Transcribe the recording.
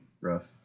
rough